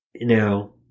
Now